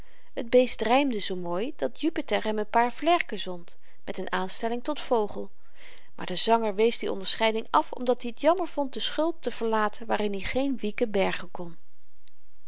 t beest rymde zoo mooi dat jupiter hem n paar vlerken zond met n aanstelling tot vogel maar de zanger wees die onderscheiding af omdat i t jammer vond de schulp te verlaten waarin hy geen wieken bergen kon